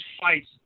fights –